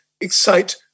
excite